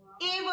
evil